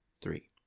three